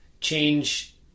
change